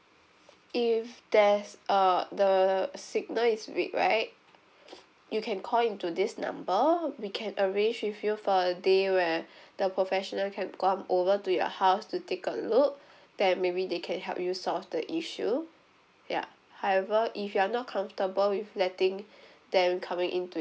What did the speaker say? if there's uh the signal is weak right you can call into this number we can arrange with you for a day where the professional can come over to your house to take a look then maybe they can help you solve the issue ya however if you're not comfortable with letting them coming into